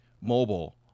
Mobile